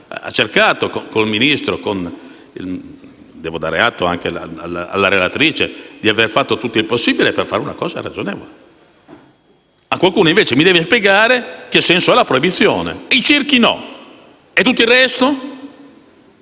cercato con il Ministro - devo darne atto anche alla relatrice - di aver fatto tutto il possibile per fare una cosa ragionevole. Qualcuno mi deve spiegare che senso ha la proibizione: i circhi no, e tutto il resto?